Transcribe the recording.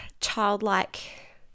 childlike